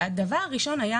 הדבר הראשון היה